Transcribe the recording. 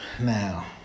Now